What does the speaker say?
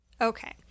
Okay